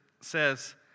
says